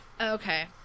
okay